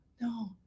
no